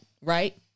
right